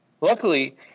luckily